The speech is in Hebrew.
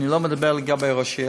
אני לא מדבר לגבי ראש עיר.